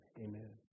Amen